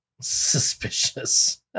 Suspicious